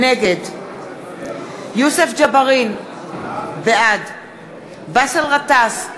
נגד יוסף ג'בארין, בעד באסל גטאס,